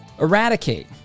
eradicate